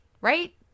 Right